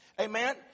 Amen